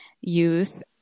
youth